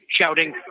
shouting